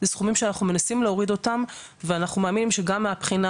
זה סכומים שאנחנו מנסים להוריד אותם ואנחנו מאמינים שגם מהבחינה